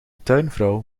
tuinvrouw